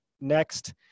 next